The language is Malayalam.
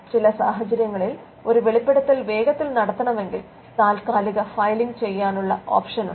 ചില സാഹചര്യങ്ങളിൽ ഒരു വെളിപ്പെടുത്തൽ വേഗത്തിൽ നടത്തണമെങ്കിൽ താൽക്കാലിക ഫയലിംഗ് ചെയ്യാനുള്ള ഓപ്ഷൻ ഉണ്ട്